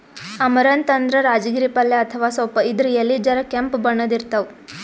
amaranth ಅಂದ್ರ ರಾಜಗಿರಿ ಪಲ್ಯ ಅಥವಾ ಸೊಪ್ಪ್ ಇದ್ರ್ ಎಲಿ ಜರ ಕೆಂಪ್ ಬಣ್ಣದ್ ಇರ್ತವ್